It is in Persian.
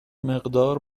مقدار